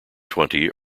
twenty